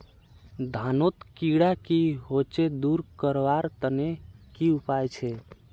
धानोत कीड़ा की होचे दूर करवार तने की उपाय छे?